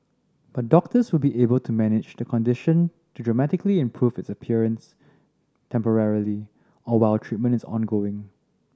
but doctors will be able to manage the condition to dramatically improve its appearance temporarily or while treatment is ongoing